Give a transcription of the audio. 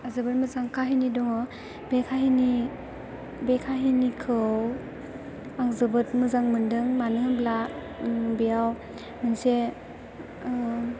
जोबोद मोजां खाहिनि दङ बे खाहिनिखौ आं जोबोद मोजां मोन्दों मानो होनब्ला बेयाव मोनसे